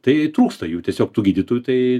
tai trūksta jų tiesiog tų gydytojų tai